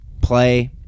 play